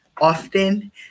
often